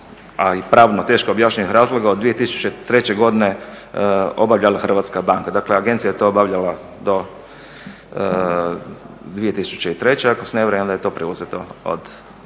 a i pravno teško objašnjivih razloga od 2003. godine obavljala Hrvatska banka. Dakle agencija je to obavljala do 2003. ako se ne varam onda je to preuzela Hrvatska